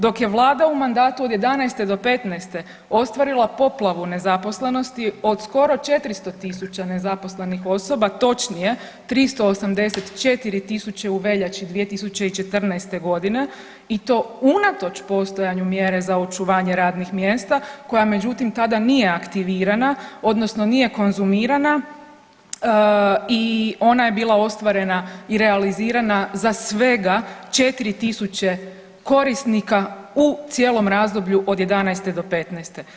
Dok je Vlada u mandatu od '11. do '15. ostvarila poplavu nezaposlenosti od skoro 400 tisuća nezaposlenih osoba, točnije 384 tisuće u veljači 2014. g. i to unatoč postojanju mjere za očuvanje radnih mjesta, koja međutim, tada nije aktivirana, odnosno nije konzumirana i ona je bila ostvarena i realizirana za svega 4 tisuće korisnika u cijelom razdoblju od '11. do '15.